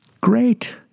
great